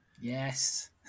Yes